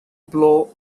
blow